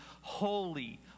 Holy